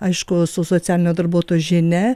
aišku su socialinio darbuotojo žinia